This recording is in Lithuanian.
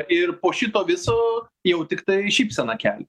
ir po šito viso jau tiktai šypseną kel